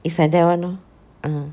it's like that [one] orh ah